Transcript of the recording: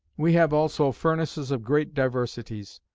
we have also furnaces of great diversities,